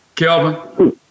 Kelvin